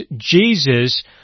Jesus